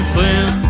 Slim